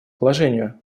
положению